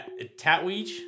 Tatweech